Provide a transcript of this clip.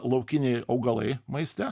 laukiniai augalai maiste